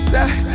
Say